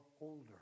older